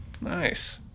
nice